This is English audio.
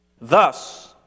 Thus